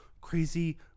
crazy